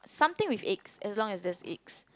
something with eggs as long as there's eggs